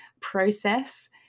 process